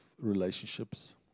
relationships